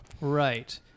Right